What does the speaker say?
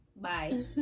Bye